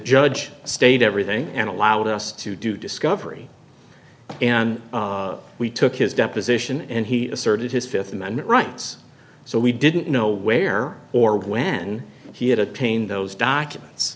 judge stayed everything and allowed us to do discovery and we took his deposition and he asserted his fifth amendment rights so we didn't know where or when he had obtained those documents